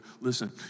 Listen